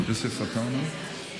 יוסף עטאונה.